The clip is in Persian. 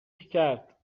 کرد